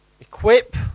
equip